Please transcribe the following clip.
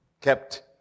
kept